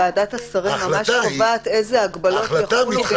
ועדת השרים ממש קובעת איזה הגבלות יחולו,